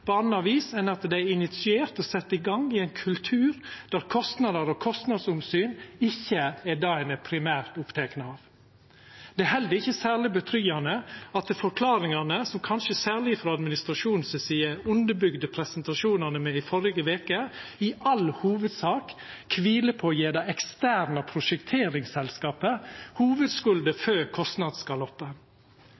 på anna vis enn at det er initiert og sett i gang i ein kultur der kostnader og kostnadsomsyn ikkje er det ein primært er oppteken av. Det er heller ikkje særleg roande at forklaringane, som ein kanskje særleg frå administrasjonen si side underbygde presentasjonane med i førre veke, i all hovudsak kviler på å gje det eksterne